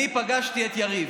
אני פגשתי את יריב.